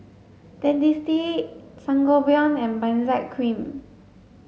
Dentiste Sangobion and Benzac cream